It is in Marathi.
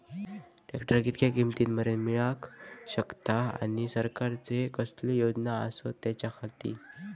ट्रॅक्टर कितक्या किमती मरेन मेळाक शकता आनी सरकारचे कसले योजना आसत त्याच्याखाती?